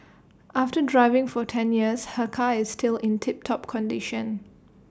after driving for ten years her car is still in tip top condition